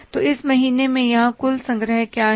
तो इस महीने में यहां कुल संग्रह क्या हैं